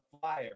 flyer